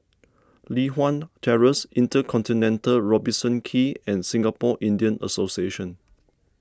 Li Hwan Terrace Intercontinental Robertson Quay and Singapore Indian Association